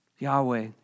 Yahweh